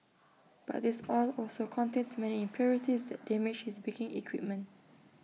but this oil also contains many impurities that damage his baking equipment